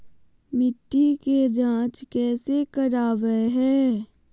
मिट्टी के जांच कैसे करावय है?